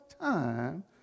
time